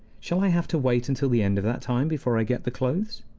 shall i have to wait until the end of that time before i get the clothes?